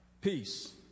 peace